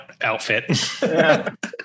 outfit